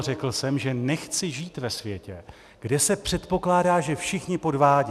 Řekl jsem, že nechci žít ve světě, kde se předpokládá, že všichni podvádějí.